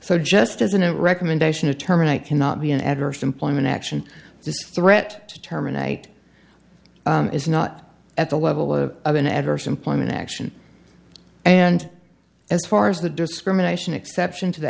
so just as in a recommendation to terminate cannot be an adverse employment action this threat to terminate is not at the level of an adverse employment action and as far as the discrimination exception to the